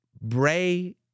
Bray